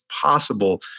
possible